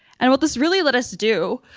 and what this really led us to do,